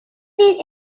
need